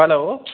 hello